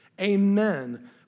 Amen